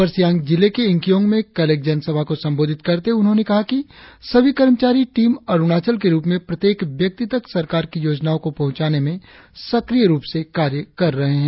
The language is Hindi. अपर सियांग जिले के यिंगकियोंग में कल एक जनसभा को संबोधित करते हुए उन्होंने कहा कि सभी कर्मचारी टीम अरुणाचल के रुप में प्रत्येक व्यक्ति तक सरकार की योजनाओं को पहुंचाने में सक्रिय रुप से कार्य कर रहे है